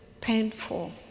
painful